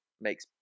makes